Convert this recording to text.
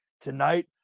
tonight